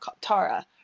Tara